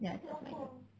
ya it's fine